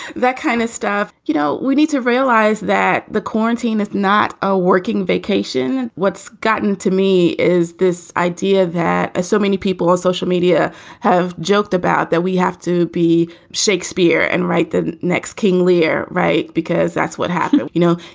that kind of stuff. you know, we need to realize that the quarantine is not a working vacation. what's gotten to me is this idea that ah so many people on social media have joked about that we have to be shakespeare and write the next king lear right. because that's what happened. you know,